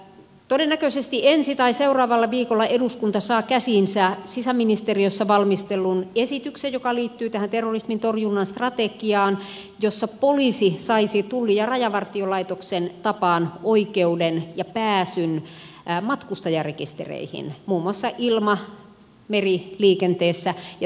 todennäköisesti ensi tai seuraavalla viikolla eduskunta saa käsiinsä sisäministeriössä valmistellun esityksen joka liittyy tähän terrorismin torjunnan strategiaan jossa poliisi saisi tullin ja rajavartiolaitoksen tapaan oikeuden ja pääsyn matkustajarekistereihin muun muassa ilma ja meriliikenteessä